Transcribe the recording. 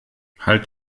halt